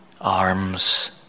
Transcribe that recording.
arms